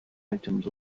items